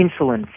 insulin